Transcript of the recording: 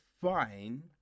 fine